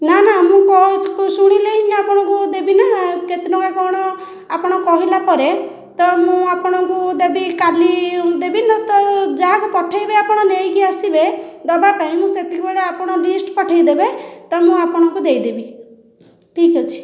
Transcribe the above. ନା ନା ମୁଁ ଶୁଣିଲେ ହିଁ ଆପଣଙ୍କୁ ଦେବି ନା କେତେ ଟଙ୍କା କ'ଣ ଆପଣ କହିଲା ପରେ ତ ମୁଁ ଆପଣଙ୍କୁ ଦେବି କାଲି ଦେବି ନହେଲେ ତ ଯାହାକୁ ପଠାଇବେ ଆପଣ ନେଇକି ଆସିବେ ଦେବା ପାଇଁ ମୁଁ ସେତିକି ବେଳେ ଆପଣ ଲିଷ୍ଟ ପଠାଇ ଦେବେ ତ ମୁଁ ଆପଣଙ୍କୁ ଦେଇ ଦେବି ଠିକ ଅଛି